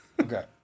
Okay